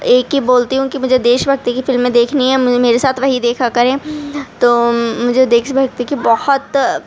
ایک ہی بولتی ہوں کہ مجھے دیش بھکتی کی فلمیں دیکھنی ہے مجھے میرے ساتھ وہی دیکھا کریں تو مجھے دیش بھکتی کی بہت